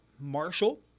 Marshall